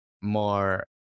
more